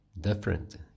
different